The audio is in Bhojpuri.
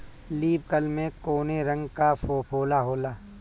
लीफ कल में कौने रंग का फफोला होला?